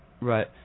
Right